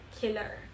killer